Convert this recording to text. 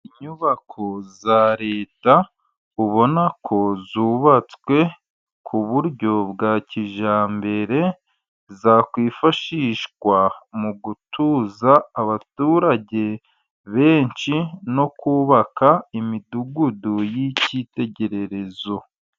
Inyubako za Leta ubonako zubatswe ku buryo bwa kijyambere, zakwifashishwa mu gutuza abaturage benshi, no kubaka imidugudu y'icyitegererezo.